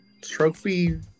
trophy